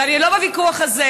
אבל אני לא בוויכוח הזה.